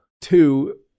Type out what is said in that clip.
Two